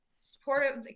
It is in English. supportive